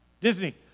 Disney